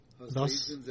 Thus